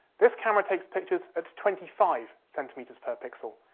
this camera takes pictures at twenty five centimetres per pixel,